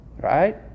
Right